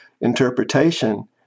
interpretation